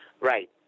Right